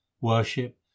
worship